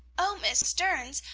o miss stearns,